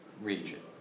region